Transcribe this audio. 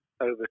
over